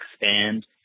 expand